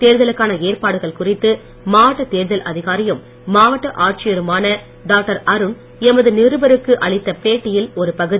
தேர்தலுக்கான ஏற்பாடுகள் குறித்து மாவட்ட தேர்தல் அதிகாரியும் மாவட்ட ஆட்சியருமான டாக்டர் அருண் எமது நிருபருக்கு அளித்த பேட்டியில் ஒரு பகுதி